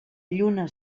lluna